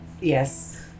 Yes